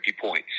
points